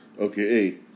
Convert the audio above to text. okay